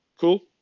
Cool